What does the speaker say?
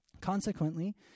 Consequently